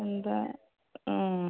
എന്താണ്